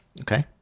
Okay